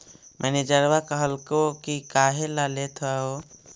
मैनेजरवा कहलको कि काहेला लेथ हहो?